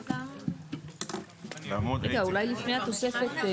רגע, אולי לפני התוספת.